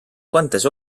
quantes